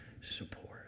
support